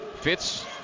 Fitz